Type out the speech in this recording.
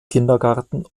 kindergarten